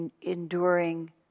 enduring